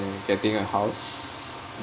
getting a house